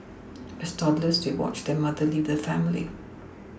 as toddlers they watched their mother leave the family